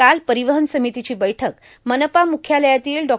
काल र्पारवहन र्सामतीची बैठक मनपा मुख्यालयातील डॉ